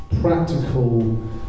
practical